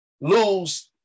lose